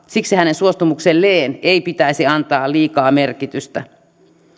siksi hänen suostumukselleen ei pitäisi antaa liikaa merkitystä